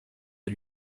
des